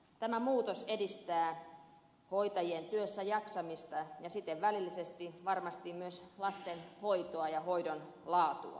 tämä muutos edistää hoitajien työssäjaksamista ja siten välillisesti varmasti myös lasten hoitoa ja hoidon laatua